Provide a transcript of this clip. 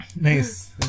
Nice